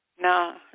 No